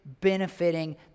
benefiting